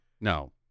No